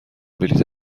بلیط